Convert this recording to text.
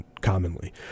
commonly